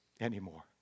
anymore